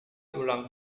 ulang